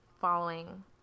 following